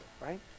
right